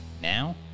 now